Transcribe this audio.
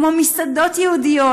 כמו מסעדות יהודיות,